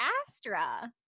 Astra